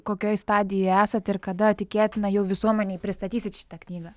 kokioj stadijoj esat ir kada tikėtina jau visuomenei pristatysit šitą knygą